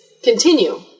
Continue